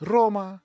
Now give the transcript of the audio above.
Roma